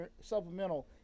supplemental